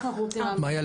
מאיה,